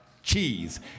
Cheese